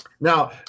Now